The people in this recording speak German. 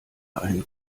einen